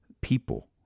People